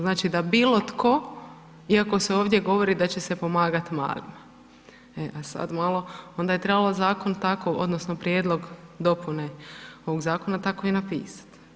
Znači, da bilo tko, iako se ovdje govori da će se pomagat malima, e a sad malo, onda je trebalo zakon tako odnosno prijedlog dopune ovog zakona, tako i napisat.